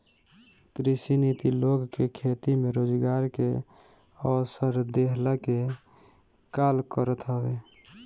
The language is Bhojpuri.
कृषि नीति लोग के खेती में रोजगार के अवसर देहला के काल करत हवे